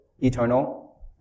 eternal